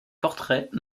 portraits